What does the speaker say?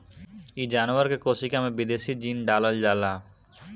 इ जानवर के कोशिका में विदेशी जीन डालल जाला